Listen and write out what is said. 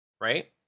right